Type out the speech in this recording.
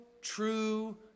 true